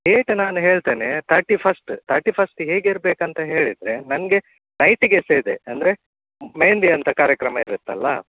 date ನಾನು ಹೇಳ್ತೇನೆ thirty first thirty ಫಸ್ಟಿಗೆ ಹೇಗೆ ಇರಬೇಕಂತ ಹೇಳಿದರೆ ನನಗೆ ನೈಟಿಗೆ ಸಹ ಇದೆ ಅಂದರೆ ಮೆಹೆಂದಿ ಅಂತ ಕಾರ್ಯಕ್ರಮ ಇರುತ್ತಲ್ವಾ